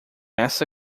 essa